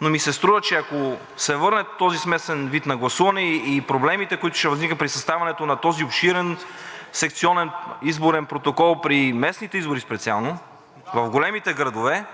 но ми се струва, че ако се върне този смесен вид на гласуване и проблемите, които ще възникнат при съставянето на този обширен секционен изборен протокол при местните избори специално, в големите градове,